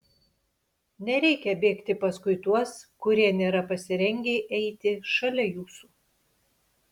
nereikia bėgti paskui tuos kurie nėra pasirengę eiti šalia jūsų